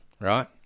right